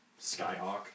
Skyhawk